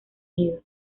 nido